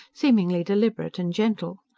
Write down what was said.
seemingly deliberate and gentle.